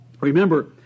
Remember